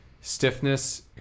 stiffness